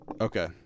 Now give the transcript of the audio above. Okay